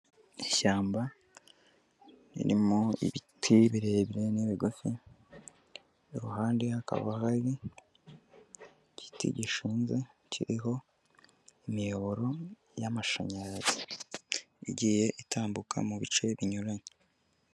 Ishyamba ririmo ibiti birebire n' bigufi, iruhande hakaba hari igiti gishinze, kiriho imiyoboro y'amashanyarazi igiye itambuka mu bice binyuranye.